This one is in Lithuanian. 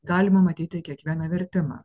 galima matyti kiekvieną vertimą